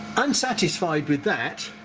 unsatisfied with that,